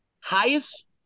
highest